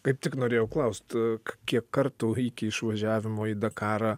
kaip tik norėjau klaust kiek kartų iki išvažiavimo į dakarą